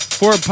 four